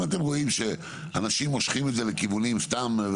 אם אתם רואים שאנשים מושכים את זה לכיוונים שהם סתם,